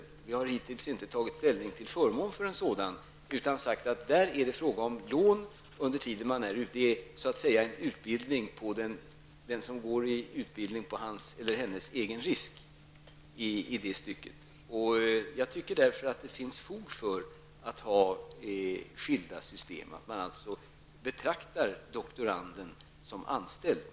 Men vi har hittills inte tagit ställning till förmån för en sådan utan sagt att det där är fråga om lån under tiden som de studerande deltar i utbildning så att säga på egen risk. Jag tycker därför att det finns fog för att man har skilda system, dvs. att man betraktar doktoranden som anställd.